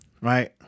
Right